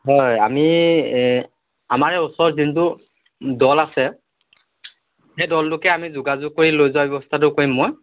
হয় আমি আমাৰ এই ওচৰৰ যিটো দল আছে সেই দলটোকে আমি যোগাযোগ কৰি লৈ যোৱাৰ ব্যৱস্থাটো কৰিম মই